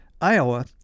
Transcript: Iowa